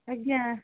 ଆଜ୍ଞା